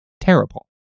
terrible